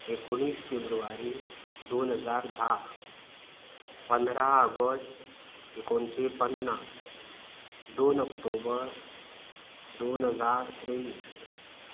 एकुणीस फेब्रुवारी दोन हजार धा पंदरा ऑगस्ट एकुणशें पन्नास दोन ऑक्टोबर दोन हजार तेवीस